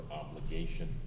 obligation